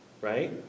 right